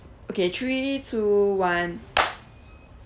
okay three two one